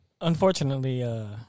Unfortunately